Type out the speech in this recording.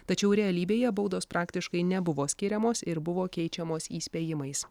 tačiau realybėje baudos praktiškai nebuvo skiriamos ir buvo keičiamos įspėjimais